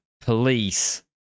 police